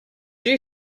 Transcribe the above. you